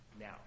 now